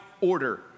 order